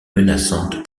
menaçante